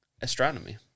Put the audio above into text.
astronomy